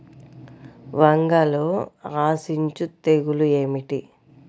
వంగలో ఆశించు తెగులు ఏమిటి?